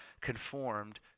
conformed